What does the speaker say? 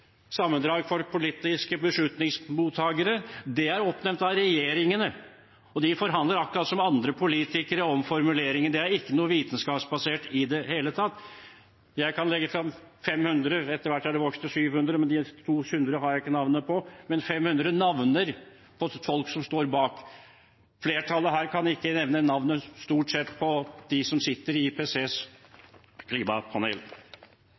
sammendrag for politiske beslutningstakere. De er oppnevnt av regjeringene, og de forhandler akkurat som andre politikere, om formuleringer. Det er ikke vitenskapsbasert i det hele tatt. Jeg kan legge frem 500 navn. Etter hvert er det vokst til 700. De siste 200 har jeg ikke navnene på, men 500 navn har jeg på folk som står bak. Flertallet her kan stort sett ikke nevne navnene på dem som sitter i